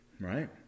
right